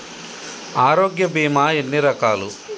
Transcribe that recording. ఆరోగ్య బీమా ఎన్ని రకాలు?